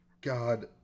God